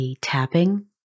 tapping